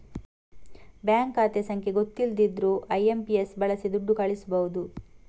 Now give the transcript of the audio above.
bank ಖಾತೆ ಸಂಖ್ಯೆ ಗೊತ್ತಿಲ್ದಿದ್ರೂ ಐ.ಎಂ.ಪಿ.ಎಸ್ ಬಳಸಿ ದುಡ್ಡು ಕಳಿಸ್ಬಹುದು